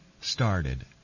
started